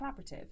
collaborative